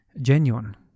genuine